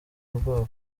ubwoba